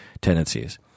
tendencies